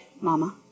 mama